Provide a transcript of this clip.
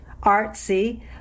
artsy